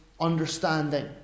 understanding